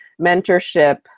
mentorship